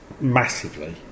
massively